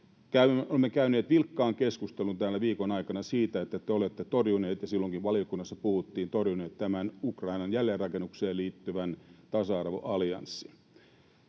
Olemme käyneet vilkkaan keskustelun täällä viikon aikana siitä, että te olette torjunut, ja silloinkin valiokunnassa puhuttiin, tämän Ukrainan jälleenrakennukseen liittyvän tasa-arvoallianssin.